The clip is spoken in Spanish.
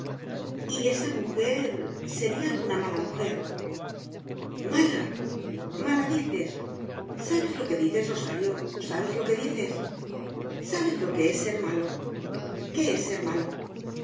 y esa mujer sería alguna mala mujer mala mala dices sabes lo que dices rosario sabes lo que dices sabes lo que es ser malo qué es ser malo